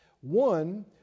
One